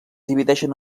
divideixen